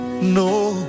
no